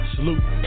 Salute